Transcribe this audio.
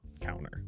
counter